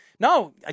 No